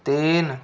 तीन